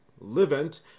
Livent